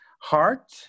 heart